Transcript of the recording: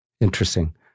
Interesting